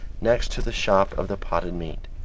next to the shop of the potted meat.